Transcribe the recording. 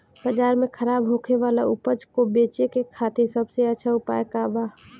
बाजार में खराब होखे वाला उपज को बेचे के खातिर सबसे अच्छा उपाय का बा?